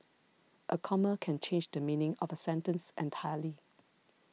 a comma can change the meaning of a sentence entirely